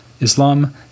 Islam